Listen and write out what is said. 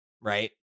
right